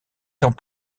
dans